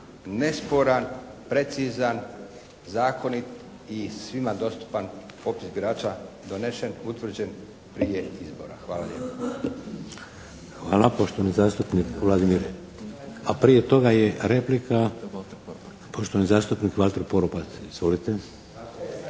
nesporan, precizan, zakonit i svima dostupan popis birača donešen, utvrđen prije izbora. Hvala lijepo. **Šeks, Vladimir (HDZ)** Hvala. Poštovani zastupnik Vladimir, a prije toga je replika poštovani zastupnik Valter Poropat. Izvolite.